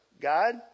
God